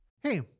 Hey